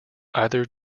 either